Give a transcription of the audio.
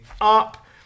up